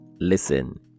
Listen